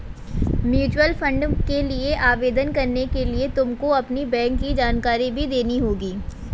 mutual fund के लिए आवेदन करने के लिए तुमको अपनी बैंक की जानकारी भी देनी होगी